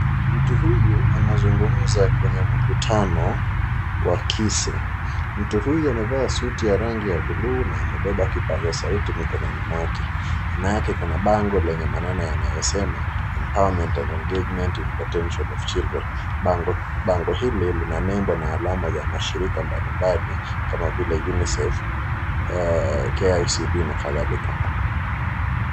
Mtu huyu anazungumza kwenye mkutano wa kise mtu huyu amevaa suti ya buluu na amebeba kipaza sauti mkononi mwake nyuma yake kuna bango lenye maneno yanayosema empowerment and engagement in potential of children .Bango hili lina nembo na alama za mashirika mbalimbali kama vile Unicef, Kicd na kadhalika.